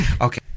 Okay